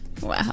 Wow